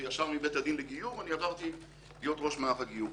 וישר מבית הדין לגיור עברתי להיות ראש מערך הגיור.